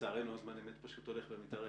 לצערנו הזמן אמת פשוט הולך ומתארך.